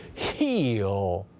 heal!